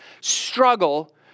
struggle